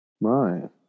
Right